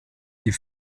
die